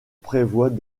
prévoient